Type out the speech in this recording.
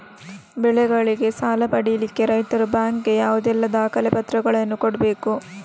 ಬೆಳೆಗಳಿಗೆ ಸಾಲ ಪಡಿಲಿಕ್ಕೆ ರೈತರು ಬ್ಯಾಂಕ್ ಗೆ ಯಾವುದೆಲ್ಲ ದಾಖಲೆಪತ್ರಗಳನ್ನು ಕೊಡ್ಬೇಕು?